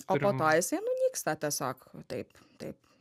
o po to jisai nunyksta tiesiog taip taip